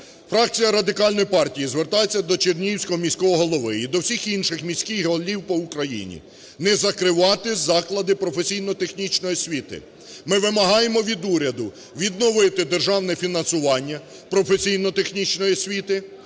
Фракція Радикальної партії звертається до чернігівського міського голови і до всіх інших міських голів по Україні не закривати заклади професійно-технічної освіти. Ми вимагаємо від уряду відновити державне фінансування професійно-технічної освіти